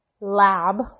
lab